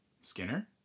Skinner